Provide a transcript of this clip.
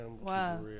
Wow